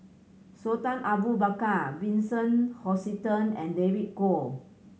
Sultan Abu Bakar Vincent Hoisington and David Kwo